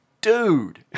dude